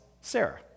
Sarah